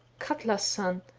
katla's son,